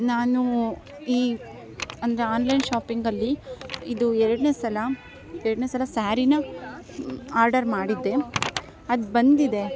ನಾನು ಈ ಅಂದರೆ ಆನ್ಲೈನ್ ಶಾಪಿಂಗಲ್ಲಿ ಇದು ಎರಡನೆ ಸಲ ಎರಡನೆ ಸಲ ಸ್ಯಾರಿನ ಆರ್ಡರ್ ಮಾಡಿದ್ದೆ ಅದು ಬಂದಿದೆ